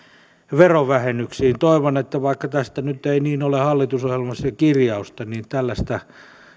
verovähennyksiin toivon että vaikka tästä nyt ei niin ole hallitusohjelmassa kirjausta niin tällaista